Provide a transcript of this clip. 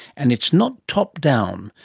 and it's not top-down,